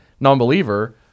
nonbeliever